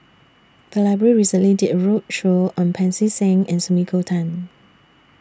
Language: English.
The Library recently did A roadshow on Pancy Seng and Sumiko Tan